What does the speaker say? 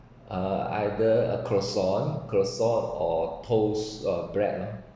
uh either a croissant croissant or toast uh bread ah